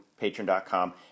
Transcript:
patreon.com